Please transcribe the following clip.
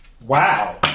Wow